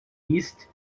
east